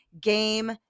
game